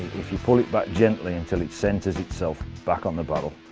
if you pull it back gently until it centres itself back on the barrel,